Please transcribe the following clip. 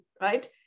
right